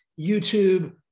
YouTube